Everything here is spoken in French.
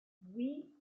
oui